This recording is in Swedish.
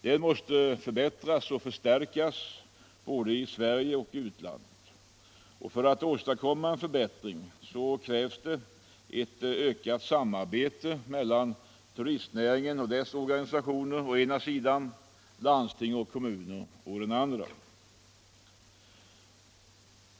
Den måste förbättras och förstärkas både i Sverige och i utlandet. För att åstadkomma en förbättring krävs ökat samarbete mellan turistnäringen och dess organisationer å ena sidan och landsting och kommuner å den andra.